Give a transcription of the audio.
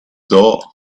door